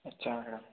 अच्छा मॅडम